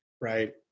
right